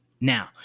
Now